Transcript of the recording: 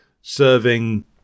serving